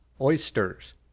oysters